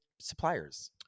suppliers